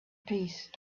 peace